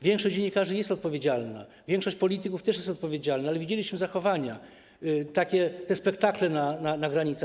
Większość dziennikarzy jest odpowiedzialna, większość polityków też jest odpowiedzialna, ale widzieliśmy te zachowania, te spektakle na granicach.